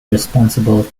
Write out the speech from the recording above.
responsible